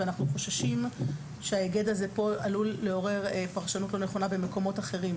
ואנחנו חוששים שההיגד הזה עלול לעורר פרשנות לא נכונה במקומות אחרים,